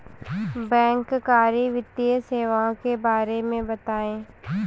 बैंककारी वित्तीय सेवाओं के बारे में बताएँ?